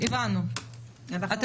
זה